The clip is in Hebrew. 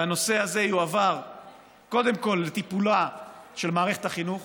והנושא הזה יועבר קודם כול לטיפולה של מערכת החינוך